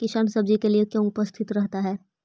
किसान सब्जी के लिए क्यों उपस्थित रहता है?